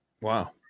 Wow